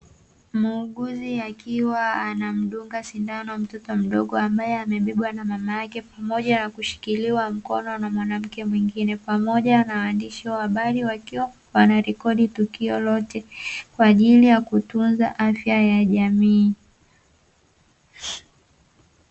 Muuguzi akiwa anamdunga sindano mtoto mdogo, ambaye amebebwa na mama yake pamoja na kushikiliwa mkono na mwanamke mwingine. Pamoja na waandishi wa habari, wakiwa wanarekodi tukio lote kwa ajili ya kutunza afya ya jamii.